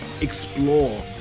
explore